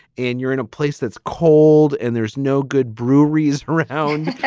and you're in a place that's cold and there's no good breweries around.